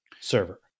server